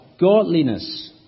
godliness